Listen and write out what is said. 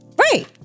Right